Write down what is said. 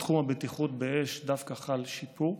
בתחום הבטיחות באש דווקא חל שיפור.